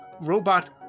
robot